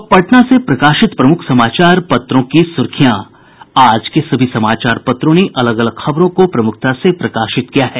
अब पटना से प्रकाशित प्रमुख समाचार पत्रों की सुर्खियां आज के सभी समाचार पत्रों ने अलग अलग खबरों को प्रमुखता से प्रकाशित किया है